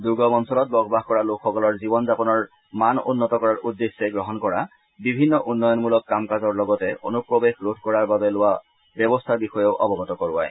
দূৰ্গম অঞ্চলত বসবাস কৰা লোকসকলৰ জীৱন যাপনৰ মানদণ্ড উন্নত কৰাৰ উদ্দেশ্যে গ্ৰহণ কৰা বিভিন্ন উন্নয়ন মূলক কাম কাজৰ লগতে অনুপ্ৰৱেশৰ ৰোধ কৰাৰ বাবে লোৱা পদক্ষেপৰ বিষয়েও অৱগত কৰোৱায়